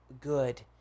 good